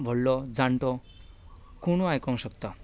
धाकटो व्हडलो जाणटो कोणूय आयकूंक शकता